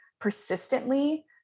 persistently